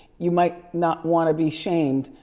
you might not wanna be shamed.